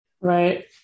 Right